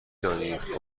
دانید